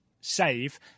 save